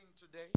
today